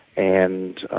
and